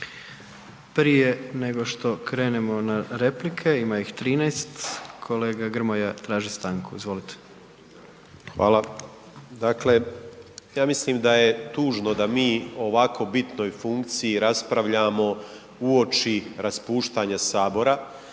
Prije nego što krenemo na replike ima ih 13, kolega Grmoja traži stanku. Izvolite. **Grmoja, Nikola (MOST)** Hvala. Dakle, ja mislim da je tužno da mi o ovako bitnoj funkciji raspravljamo uoči raspuštanja Sabora,